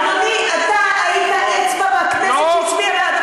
אדוני, אתה היית אצבע בכנסת שהצביעה בעד החוק הזה.